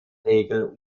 regel